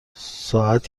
ساعت